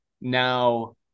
now